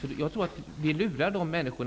Jag tror nämligen att vi på sikt lurar dessa människor.